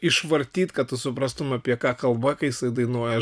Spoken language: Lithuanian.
išvartyt kad tu suprastum apie ką kalba ką jisai dainuoja